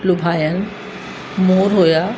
लुभायन मोर हुआ